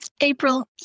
April